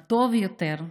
הטוב יותר,